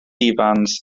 ifans